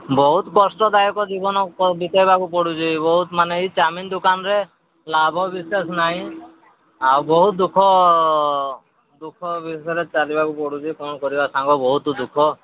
ବହୁତ କଷ୍ଟଦାୟକ ଜୀବନ ବିତେଇବାକୁ ପଡ଼ୁଛି ବହୁତ ମାନେ ଏଇ ଚାଓମିିନ ଦୋକାନରେ ଲାଭ ବିଶେଷ ନାହିଁ ଆଉ ବହୁତ ଦୁଃଖ ଦୁଃଖ ଭିତରେ ଚାଲିବାକୁ ପଡ଼ୁଛି କ'ଣ କରିବା ସାଙ୍ଗ ବହୁତ ଦୁଃଖ